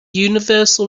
universal